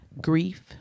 grief